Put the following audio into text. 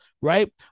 Right